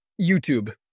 YouTube